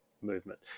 movement